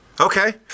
Okay